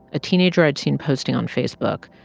a teenager i'd seen posting on facebook.